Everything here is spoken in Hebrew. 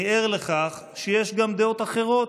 אני ער לכך שיש גם דעות אחרות,